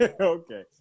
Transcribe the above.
Okay